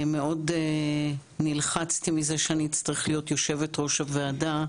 מאוד נלחצתי מזה שאני אצטרך להיות יושבת-ראש הוועדה,